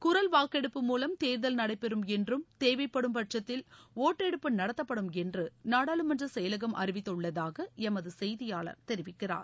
குரல் வாக்கெடுப்பு மூவம் தேர்தல் நடைபெறும் என்றும் தேவைப்படும் பட்சத்தில் ஒட்டெடுப்பு நடத்தப்படும் என்றுநாடாளுமன்றசெயலகம் அறிவித்துள்ளதாகஎமதுசெய்தியாளர் தெரிவிக்கிறார்